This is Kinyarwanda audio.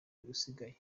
usigaye